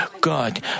God